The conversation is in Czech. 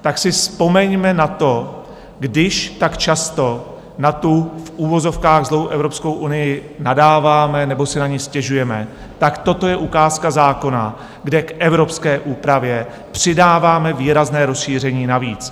Tak si vzpomeňme na to, když tak často na tu v uvozovkách zlou Evropskou unii nadáváme nebo si na ni stěžujeme, tak toto je ukázka zákona, kde k evropské úpravě přidáváme výrazné rozšíření navíc.